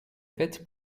faite